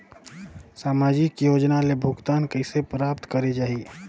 समाजिक योजना ले भुगतान कइसे प्राप्त करे जाहि?